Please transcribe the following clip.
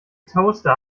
toaster